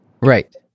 Right